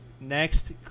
next